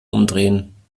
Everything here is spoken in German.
umdrehen